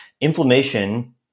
Inflammation